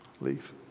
leave